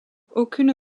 aucune